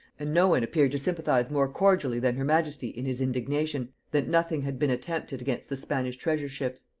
and no one appeared to sympathize more cordially than her majesty in his indignation that nothing had been attempted against the spanish treasure-ships.